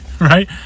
right